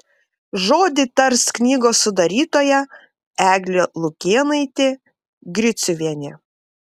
žodį tars knygos sudarytoja eglė lukėnaitė griciuvienė